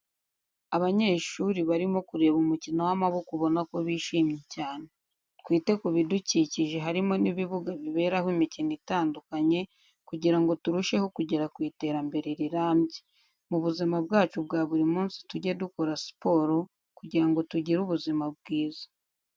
Abanyeshuri barimo kureba umukino w'amaboko ubona ko bishimye cyane. Twite ku bidukikije harimo n'ibibuga bibereho imikino itandukanye kugira ngo turusheho kugera ku iterambere rirambye. Mubuzima bwacu bwa buri munsi tujye dukora siporo kugira ngo tugire ubuzima bwiza.